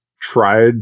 tried